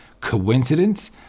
Coincidence